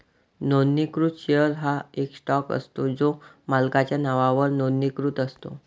नोंदणीकृत शेअर हा एक स्टॉक असतो जो मालकाच्या नावावर नोंदणीकृत असतो